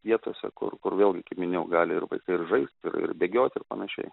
vietose kur kur vėlgi kaip minėjau gali ir vaikai ir žaist ir ir bėgiot ir panašiai